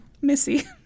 Missy